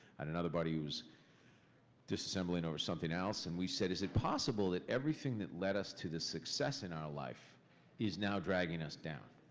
and another buddy was disassembling over something else. and we said, is it possible that everything that led us to the success in our life is now dragging us down?